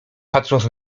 patrząc